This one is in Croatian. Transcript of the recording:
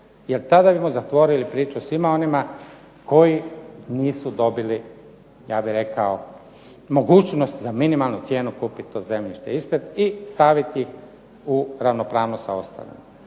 Jer tada bismo zatvorili priču svima onima koji nisu dobili mogućnost za minimalnu cijenu kupiti to zemljište i staviti u ravnopravnost sa ostalima.